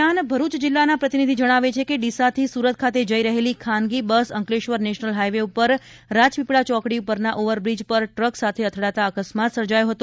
દરમિયાન અમારા ભરૂચ જિલ્લાના પ્રતિનિધી જણાવે છે કે ડીસાથી સુરત ખાતે જઇ રહેલી ખાનગી બસ અંકલેશ્વર નેશનલ હાઇવે પર રાજપીપળા ચોકડી પરના ઓવરબ્રિજ પર ટ્રક સાથે અથડાતા અકસ્માત સર્જાયો હતો